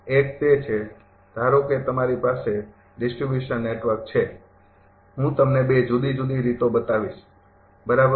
એક તે છે ધારો કે તમારી પાસે ડિસ્ટ્રિબ્યુશન નેટવર્ક છે હું તમને ૨ જુદી જુદી રીતો બતાવીશ બરાબર